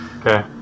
Okay